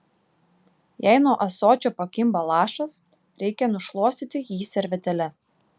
jei nuo ąsočio pakimba lašas reikia nušluostyti jį servetėle